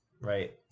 right